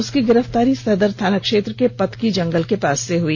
उसकी गिरफ्तारी सदर थानाक्षेत्र के पतकी जंगल के पास से हुई